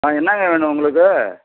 ஆ என்னாங்க வேணும் உங்களுக்கு